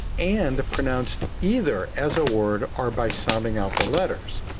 and pronounced either as a word or by sounding out the letters.